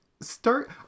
start